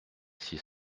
six